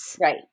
Right